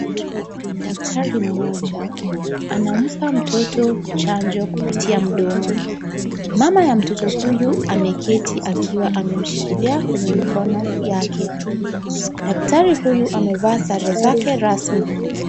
Daktari mmoja, anampa mtoto chanjo kupitia mdomo. Mama ya mtoto huyu ameketi, akiwa amemshikilia kwenye mikono yake. Daktari huyu amevaa sare zake rasmi.